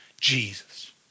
Jesus